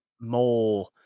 more